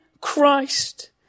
Christ